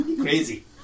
Crazy